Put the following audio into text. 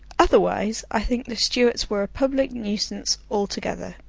otherwise i think the stuarts were a public nuisance altogether.